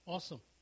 Awesome